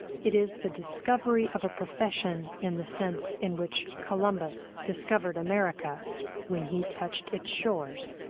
it is the discovery of a profession in the sense in which columbus discovered america when he touched its shores.